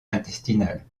intestinales